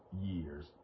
years